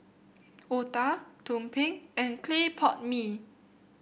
otah tumpeng and Clay Pot Mee